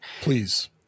Please